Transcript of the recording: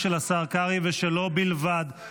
זה ההסכם בין ממשלת לבנון לבין ממשלת